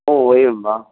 ओ हो एवं वा